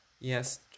Yes